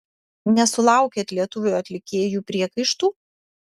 nesulaukėt lietuvių atlikėjų priekaištų